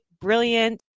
brilliant